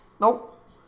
Nope